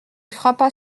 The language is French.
frappa